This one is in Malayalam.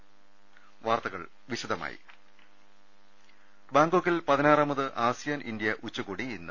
ള അ അ ബാങ്കോക്കിൽ പതിനാറാമത് ആസിയാൻ ഇന്ത്യ ഉച്ചകോടി ഇന്ന്